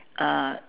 uh